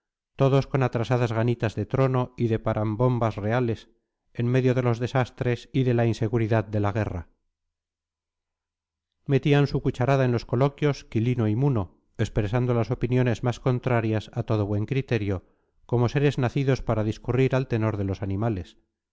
todos con atrasadas ganitas de trono y de parambombas reales en medio de los desastres y de las inseguridad de la guerra metían su cucharada en los coloquios quilino y muno expresando las opiniones más contrarias a todo buen criterio como seres nacidos para discurrir al tenor de los animales